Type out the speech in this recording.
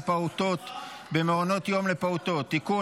פעוטות במעונות יום לפעוטות (תיקון,